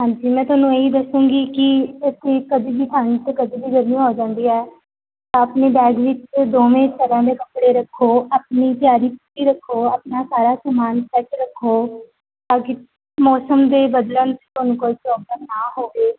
ਹਾਂਜੀ ਮੈਂ ਤੁਹਾਨੂੰ ਇਹੀ ਦੱਸੂਗੀ ਕਿ ਇੱਥੇ ਕਦੀ ਵੀ ਟਾਈਮ 'ਤੇ ਕਦੀ ਵੀ ਗਰਮੀ ਹੋ ਜਾਂਦੀ ਹੈ ਤਾਂ ਆਪਣੇ ਬੈਗ ਵਿੱਚ ਦੋਵੇਂ ਤਰ੍ਹਾਂ ਦੇ ਕੱਪੜੇ ਰੱਖੋ ਆਪਣੀ ਤਿਆਰੀ ਪੂਰੀ ਰੱਖੋ ਆਪਣਾ ਸਾਰਾ ਸਮਾਨ ਸੈੱਟ ਰੱਖੋ ਤਾਂ ਕਿ ਮੌਸਮ ਦੇ ਬਦਲਣ 'ਚ ਤੁਹਾਨੂੰ ਕੋਈ ਪ੍ਰੋਬਲਮ ਨਾ ਹੋਵੇ